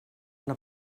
una